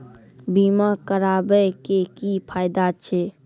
बीमा कराबै के की फायदा छै?